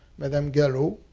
madame galop.